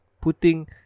putting